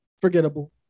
forgettable